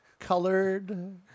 Colored